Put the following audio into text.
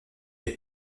est